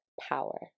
power